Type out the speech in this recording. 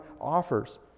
offers